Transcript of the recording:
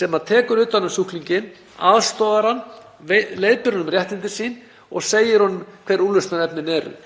sem tekur utan um sjúklinginn, aðstoðar hann, leiðbeinir honum um réttindi sín og segir honum hver úrlausnarefnin eru.